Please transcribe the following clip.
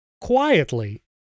quietly